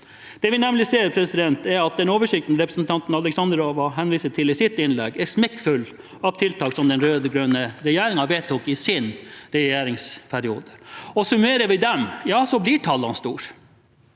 Det vi nemlig ser, er at den oversikten representanten Alexandrova henviser til i sitt innlegg, er smekkfull av tiltak som den rød-grønne regjeringen vedtok i sin periode. Summerer vi dem, blir tallene store.